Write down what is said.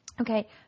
Okay